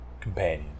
companion